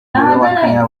kanye